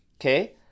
okay